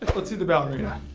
let's see the ballerina.